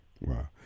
Wow